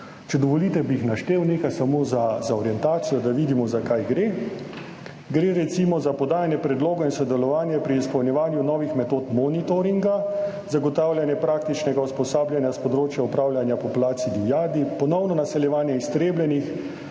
Če dovolite, bi jih naštel nekaj, samo za orientacijo, da vidimo za kaj gre. Gre recimo za podajanje predlogov in sodelovanje pri izpolnjevanju novih metod monitoringa, zagotavljanje praktičnega usposabljanja s področja upravljanja populacij divjadi, ponovno naseljevanje iztrebljenih